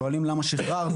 כששואלים למה שחררתם?